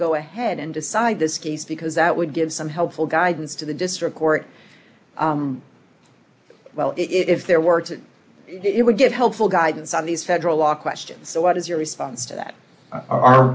go ahead and decide this case because that would give some helpful guidance to the district court well if there were exit it would get helpful guidance on these federal law questions so what is your response to that